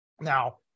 Now